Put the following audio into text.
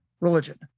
religion